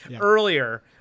earlier